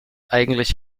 eigentlich